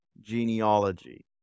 genealogy